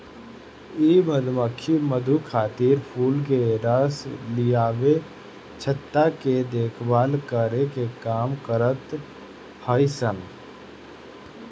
इ मधुमक्खी मधु खातिर फूल के रस लियावे, छत्ता के देखभाल करे के काम करत हई सन